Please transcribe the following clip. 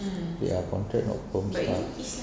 ya contract not perm~ staff